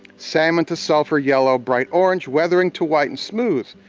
salmon to sulfur yellow, bright orange, weathering to white and smooth.